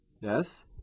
yes